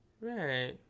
Right